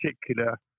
particular